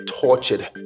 tortured